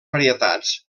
varietats